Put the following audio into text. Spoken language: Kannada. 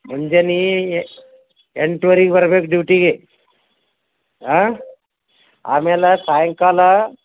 ಮುಂಜಾನೆ ಎಂಟೂವರೆಗ್ ಬರ್ಬೇಕು ಡ್ಯೂಟಿಗೆ ಆಂ ಆಮೇಲೆ ಸಾಯಂಕಾಲ